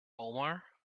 omar